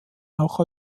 auch